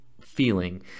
feeling